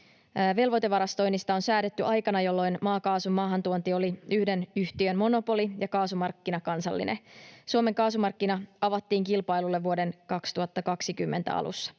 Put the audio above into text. velvoitevarastoinnista on säädetty aikana, jolloin maakaasun maahantuonti oli yhden yhtiön monopoli ja kaasumarkkina kansallinen. Suomen kaasumarkkina avattiin kilpailulle vuoden 2020 alussa.